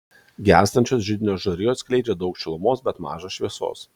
gęstančios židinio žarijos skleidžia daug šilumos bet maža šviesos